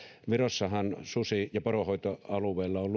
virossahan ja meillä poronhoitoalueilla susi on